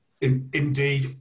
Indeed